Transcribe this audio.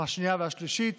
השנייה והשלישית,